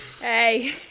Hey